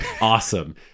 awesome